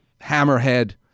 hammerhead